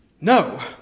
No